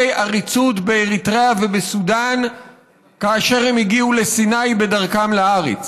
עריצות באריתריאה ובסודאן כאשר הם הגיעו לסיני בדרכם לארץ.